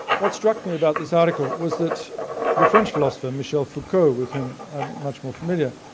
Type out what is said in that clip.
what struck me about this article was that the french philosopher michel foucault, with whom i'm much more familiar,